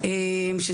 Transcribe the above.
הוא כול כך כול כך קשה.